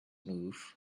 move